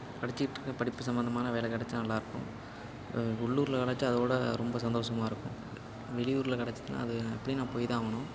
படிச்சுட்டு இருக்கேன் படிப்பு சம்மந்தமான வேலை கிடச்சா நல்லாயிருக்கும் உள்ளூரில் கிடச்சா அதை விட ரொம்ப சந்தோசமாக இருக்கும் வெளியூரில் கிடச்சதுனா அது எப்படியும் நான் போய் தான் ஆகணும்